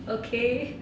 okay